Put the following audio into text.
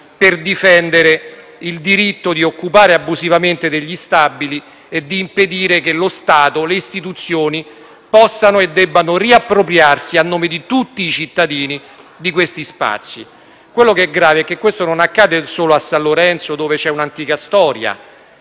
per difendere il diritto di occupare abusivamente degli stabili e di impedire che lo Stato e le istituzioni possano e debbano riappropriarsi, a nome di tutti i cittadini, di questi spazi. Quello che è grave è che questo non accade solo a San Lorenzo, dove c'è un'antica storia,